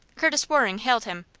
curtis waring hailed him.